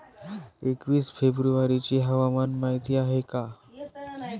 एकवीस फेब्रुवारीची हवामान माहिती आहे का?